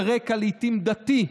לעיתים על רקע דתי,